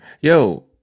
Yo